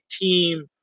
team